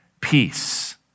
peace